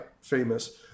famous